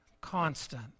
constant